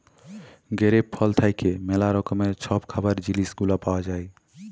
grape ফল থ্যাইকে ম্যালা রকমের ছব খাবারের জিলিস গুলা পাউয়া যায়